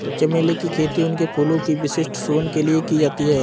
चमेली की खेती उनके फूलों की विशिष्ट सुगंध के लिए की जाती है